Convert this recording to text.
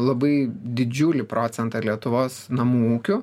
labai didžiulį procentą lietuvos namų ūkių